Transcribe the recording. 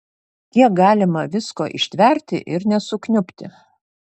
kiek galima visko ištverti ir nesukniubti